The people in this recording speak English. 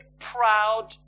proud